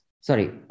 Sorry